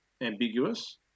ambiguous